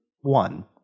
one